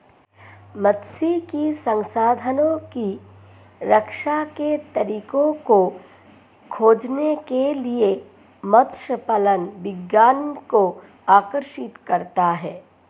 मात्स्यिकी संसाधनों की रक्षा के तरीकों को खोजने के लिए मत्स्य पालन विज्ञान को आकर्षित करता है